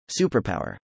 superpower